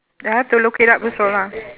I have to look it up also lah